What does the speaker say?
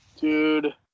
dude